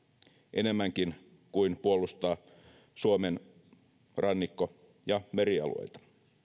enemmänkin kuin puolustaa suomen rannikko ja merialueilta